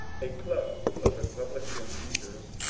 a club of republican leaders,